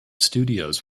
studios